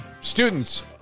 students